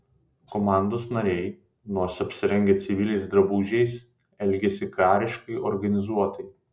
komandos nariai nors apsirengę civiliais drabužiais elgėsi kariškai organizuotai